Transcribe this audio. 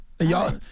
Y'all